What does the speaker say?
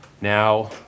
Now